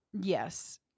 yes